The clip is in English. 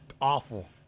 awful